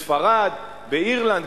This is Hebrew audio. בספרד, באירלנד.